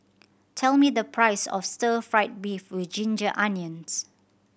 tell me the price of Stir Fry beef with ginger onions